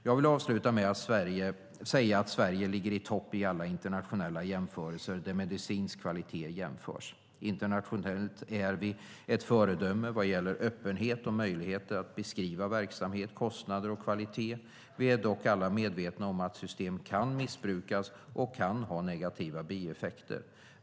Jag vill avsluta med att säga att Sverige ligger i topp i alla internationella jämförelser där medicinsk kvalitet jämförs. Internationellt är vi ett föredöme vad gäller öppenhet och möjlighet att beskriva verksamhet, kostnader och kvalitet. Vi är dock alla medvetna om att system kan missbrukas och kan ha negativa bieffekter.